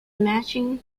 matching